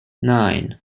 nine